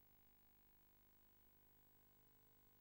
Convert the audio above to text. אזברגה,